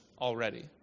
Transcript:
already